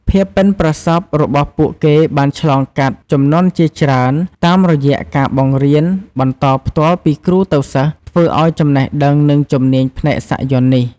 ភាពប៉ិនប្រសប់របស់ពួកគេបានឆ្លងកាត់ជំនាន់ជាច្រើន តាមរយៈការបង្រៀន បន្តផ្ទាល់ពីគ្រូទៅសិស្ស ធ្វើឲ្យចំណេះដឹង និងជំនាញផ្នែកសាក់យ័ន្តនេះ។